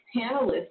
panelists